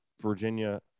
Virginia